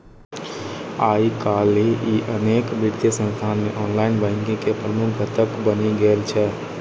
आइकाल्हि ई अनेक वित्तीय संस्थान मे ऑनलाइन बैंकिंग के प्रमुख घटक बनि गेल छै